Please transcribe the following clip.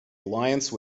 alliance